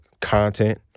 content